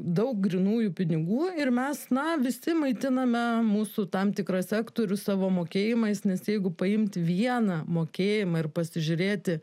daug grynųjų pinigų ir mes na visi maitiname mūsų tam tikrą sektorių savo mokėjimais nes jeigu paimt vieną mokėjimą ir pasižiūrėti